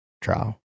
trial